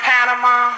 Panama